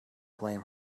blame